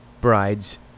brides